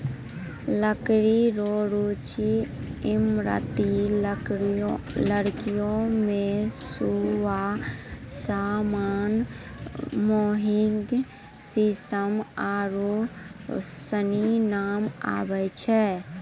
लकड़ी रो सूची ईमारती लकड़ियो मे सखूआ, सागमान, मोहगनी, सिसम आरू सनी नाम आबै छै